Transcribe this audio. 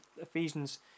Ephesians